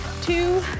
two